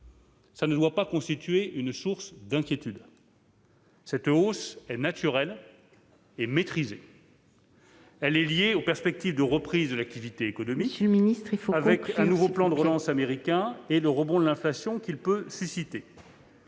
Cela ne doit pas constituer une source d'inquiétude. Cette hausse est naturelle et maîtrisée. Elle est liée aux perspectives de reprise de l'activité économique, ... Il faut conclure, monsieur le ministre !... au nouveau plan de relance américain et au rebond de l'inflation qu'il peut susciter.